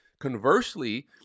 Conversely